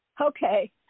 Okay